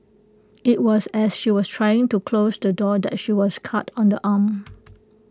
IT was as she was trying to close the door that she was cut on the arm